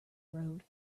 road